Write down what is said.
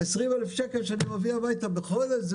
20,000 שקל שאני מביא הביתה בחודש?